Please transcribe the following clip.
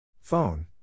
Phone